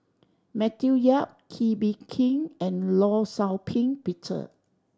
Matthew Yap Kee Bee Khim and Law Shau Ping Peter